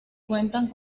cuentan